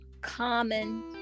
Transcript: common